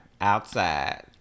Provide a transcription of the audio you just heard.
outside